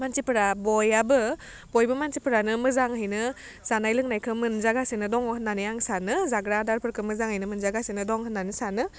मानसिफोरा बयाबो बयबो मानसिफोरानो मोजांहैनो जानाय लोंनायखो मोनजागासेनो दङ होननानै आं सानो जाग्रा आदारफोरखो मोजाङैनो मोनजागासिनो दं होननानै सानो